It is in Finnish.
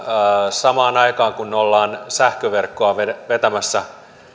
samaan aikaan kun ollaan sähköverkkoa vetämässä